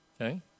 okay